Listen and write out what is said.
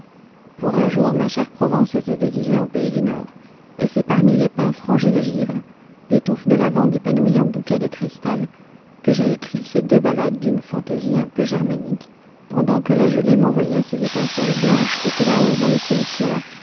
pour un jour ma chère provence s'était déguisée en pays du nord et c'est parmi les pins frangés de givre les touffes de lavandes épanouies en bouquets de cristal que j'ai écrit ces deux ballades d'une fantaisie un peu germanique pendant que la gelée m'envoyait ses étincelles blanches et que là-haut dans le ciel clair